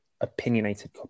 opinionated